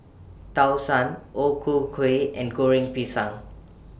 Tau Suan O Ku Kueh and Goreng Pisang